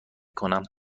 کنم